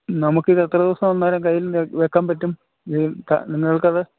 നമുക്കിത് എത്ര ദിവസം അന്നേരം കയ്യിൽ വയ്ക്കാൻ പറ്റും നിങ്ങൾക്ക് അത്